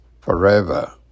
forever